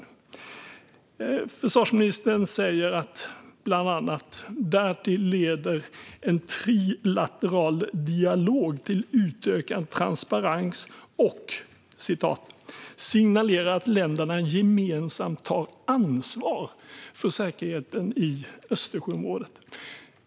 I det skriftliga svaret på interpellationen skriver försvarsministern bland annat: "Därtill leder en trilateral dialog till utökad transparens och signalerar att länderna gemensamt tar ansvar för säkerheten i Östersjöområdet."